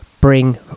bring